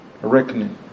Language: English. reckoning